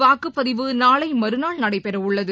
வாக்குப்பதிவு நாளைமறுநாள் நடைபெறடள்ளது